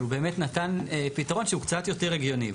אבל הוא באמת נתן פתרון שהוא קצת יותר הגיוני.